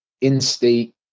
in-state